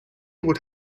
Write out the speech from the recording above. would